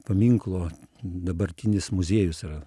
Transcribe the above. paminklo dabartinis muziejus yra